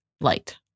light